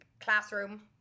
classroom